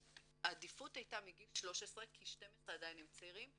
העדיפות הייתה מגיל 13 כי 12 הם עדיין צעירים.